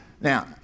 Now